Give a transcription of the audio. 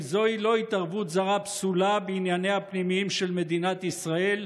האם זוהי לא התערבות זרה פסולה בענייניה הפנימיים של מדינת ישראל?